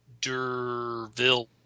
durville